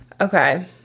Okay